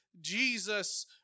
Jesus